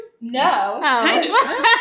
No